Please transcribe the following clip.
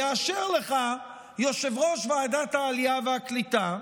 יאשר לך יושב-ראש ועדת העלייה והקליטה,